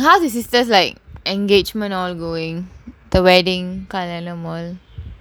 just like engagement all the way the wedding car and all